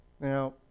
Now